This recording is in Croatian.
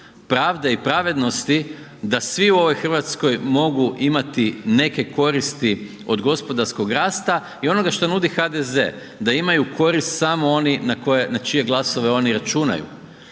pravde i pravednosti da svi u ovoj Hrvatskoj mogu imati neke koristi od gospodarskog rasta i onoga što nudi HDZ, da imaju korist samo oni na čije glasove oni računaju